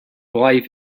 life